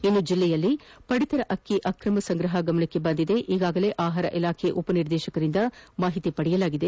ಇನ್ನು ಜಿಲ್ಲೆಯಲ್ಲಿ ಪಡಿತರ ಅಕ್ಕಿ ಅಕ್ರಮ ಸಂಗ್ರಹಣೆ ಗಮನಕ್ಕೆ ಬಂದಿದ್ದು ಈಗಾಗಲೇ ಆಹಾರ ಇಲಾಖೆ ಉಪನಿರ್ದೇಶಕರಿಂದ ಮಾಹಿತಿ ಪಡೆಯಲಾಗಿದೆ